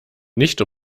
nicht